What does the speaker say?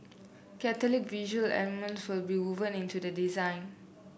Catholic visual elements will be woven into the design